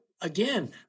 again